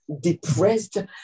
depressed